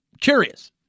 curious